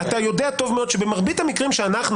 אתה יודע טוב מאוד שבמרבית המקרים שאנחנו,